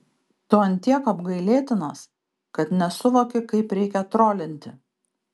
tu ant tiek apgailėtinas kad nesuvoki kaip reikia trolinti